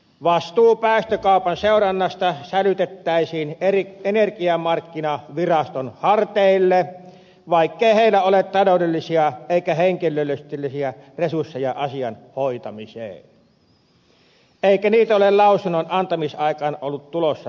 vastuu päästökaupan seurannasta sälytettäisiin energiamarkkinaviraston harteille vaikkei heillä ole taloudellisia eikä henkilöstöllisiä resursseja asian hoitamiseen eikä niitä ollut lausunnon antamisaikaan tulossa lisää